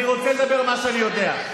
אני רוצה לדבר על מה שאני יודע.